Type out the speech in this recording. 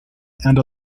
and